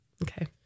Okay